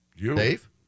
Dave